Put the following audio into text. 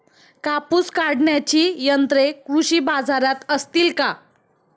कापूस काढण्याची यंत्रे कृषी बाजारात असतील का?